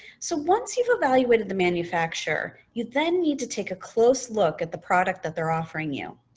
so, once you've evaluated the manufacturer, you then need to take a close look at the product that they're offering you,